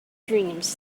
dreams